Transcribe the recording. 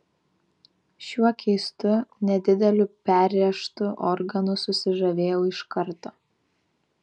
šiuo keistu nedideliu perrėžtu organu susižavėjau iš karto